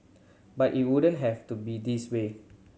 but it wouldn't have to be this way